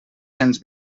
cents